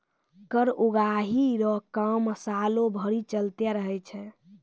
कर उगाही रो काम सालो भरी चलते रहै छै